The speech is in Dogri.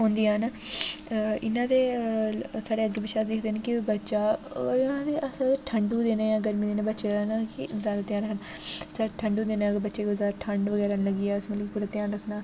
होंदियां न इ'यां ते साढ़े अग्गें पिच्छें दिक्खदे न कि बच्चा ठंडू दे दिनें गरमियें दिनें बच्चे गी जादा ध्यान रखदे न सर ठंडू दिनें अगर बच्चे गी कोई जादा ठंड बगैरा निं लग्गी जा अस मतलब कि थोह्ड़ा ध्यान रखना